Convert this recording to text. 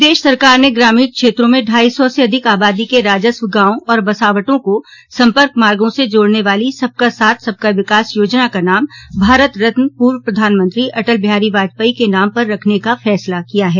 प्रदेश सरकार ने ग्रामीण क्षेत्रों में ढाई सौ से अधिक आबादी के राजस्व गांवों और बसावटों को सम्पर्क मार्गो से जोड़ने वाली सबका साथ सबका विकास योजना का नाम भारत रत्न पूर्व प्रधानमंत्री अटल बिहारी वाजपेयी के नाम पर रखने का फैसला किया है